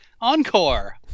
Encore